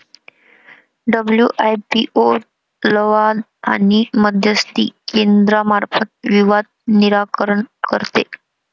WIPO लवाद आणि मध्यस्थी केंद्रामार्फत विवाद निराकरण करते